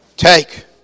Take